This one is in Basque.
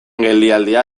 geldialdia